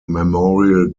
memorial